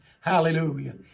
hallelujah